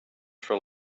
for